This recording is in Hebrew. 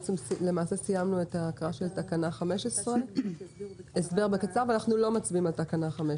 סיימנו את ההקראה של תקנה 15 ולא נצביע עליה.